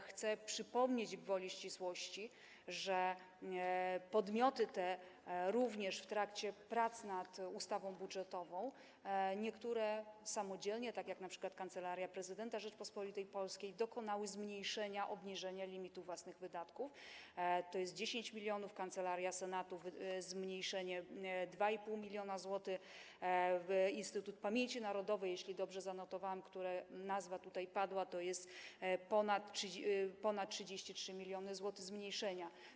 Chcę przypomnieć gwoli ścisłości, że podmioty te w trakcie prac nad ustawą budżetową, niektóre samodzielnie, tak jak np. Kancelaria Prezydenta Rzeczypospolitej Polskiej, dokonały zmniejszenia, obniżenia limitu własnych wydatków, to jest 10 mln, Kancelaria Senatu - zmniejszenie o 2,5 mln zł, Instytut Pamięci Narodowej, jeśli dobrze zanotowałam, jego nazwa tutaj padła, to ponad 33 mln zł zmniejszenia.